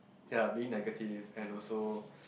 ya lah being negative and also